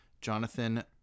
Jonathan